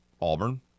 Auburn